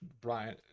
Brian